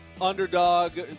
underdog